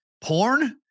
porn